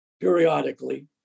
periodically